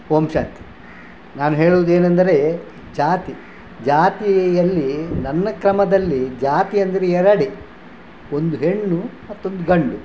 ಓಂ ಶಾಂತಿ ನಾನ್ ಹೇಳುವುದೇನಂದರೆ ಜಾತಿ ಜಾತಿಯಲ್ಲಿ ನನ್ನ ಕ್ರಮದಲ್ಲಿ ಜಾತಿ ಅಂದರೆ ಎರಡೇ ಒಂದು ಹೆಣ್ಣು ಮತ್ತೊಂದು ಗಂಡು